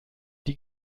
die